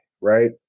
right